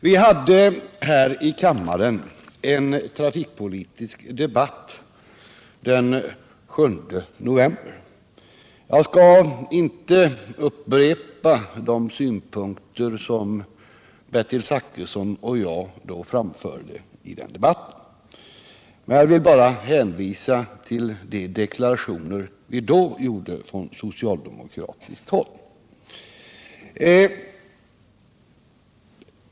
Vi hade en trafikpolitisk debatt här i kammaren den 7 november. Jag skall inte upprepa de synpunkter som Bertil Zachrisson och jag framförde i den debatten utan vill bara hänvisa till de deklarationer som vi då gjorde från socialdemokratiskt håll.